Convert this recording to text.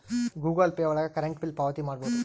Google Pay ಒಳಗ current bill ಪಾವತಿ ಮಾಡ್ಬೋದು